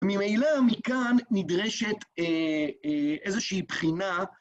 ממילא מכאן נדרשת איזושהי בחינה.